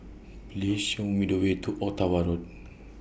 Please Show Me The Way to Ottawa Road